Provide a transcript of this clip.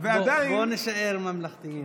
בוא נישאר ממלכתיים.